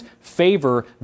favor